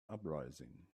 uprising